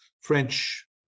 French